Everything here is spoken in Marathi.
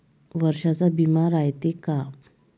वर्षाचा बिमा रायते का?